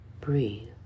breathe